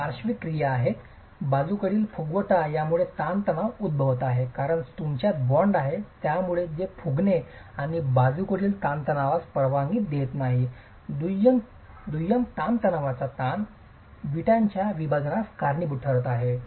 या पार्श्विक क्रिया आहेत बाजूकडील फुगवटा यामुळे ताणतणाव उद्भवत आहे कारण तुमच्यात बॉन्ड आहे यामुळे ते फुगणे आणि बाजूकडील ताणतणावास परवानगी देत नाही दुय्यम ताणासंबंधीचा ताण वीट वर्क च्या विभाजनास कारणीभूत ठरत आहे